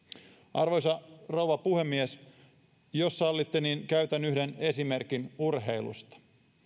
arvoisa rouva puhemies jos sallitte niin käytän yhden esimerkin urheilusta